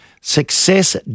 Success